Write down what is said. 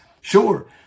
Sure